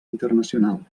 internacional